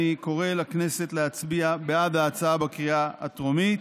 אני קורא לכנסת להצביע בעד ההצעה בקריאה הטרומית,